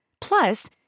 Plus